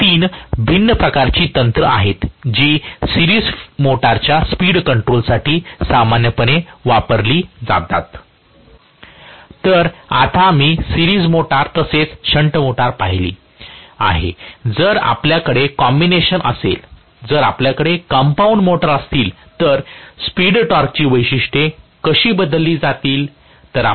ही 3 भिन्न प्रकारची तंत्र आहेत जी सिरीज मोटरच्या स्पीड कंट्रोलसाठी सामान्यपणे वापरली जातात तर आता आम्ही सिरीज मोटर तसेच शंट मोटर पाहिली आहे जर आपल्याकडे कॉम्बिनेशन असेल जर आपल्याकडे कंपाऊंड मोटर्स असतील तर स्पीड टॉर्कची वैशिष्ट्ये कशी बदलली जातील